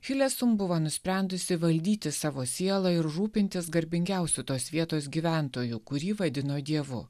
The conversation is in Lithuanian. hilesum buvo nusprendusi valdyti savo sielą ir rūpintis garbingiausiu tos vietos gyventoju kurį vadino dievu